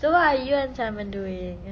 so what are you and simon doing